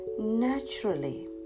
naturally